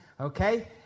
Okay